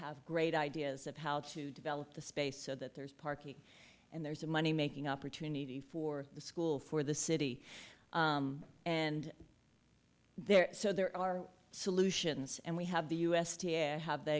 have great ideas of how to develop the space so that there's parking and there's a money making opportunity for the school for the city and there so there are solutions and we have the u s d a i have the